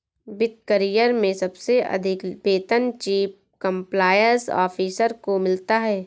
वित्त करियर में सबसे अधिक वेतन चीफ कंप्लायंस ऑफिसर को मिलता है